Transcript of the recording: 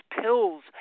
pills